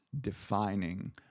defining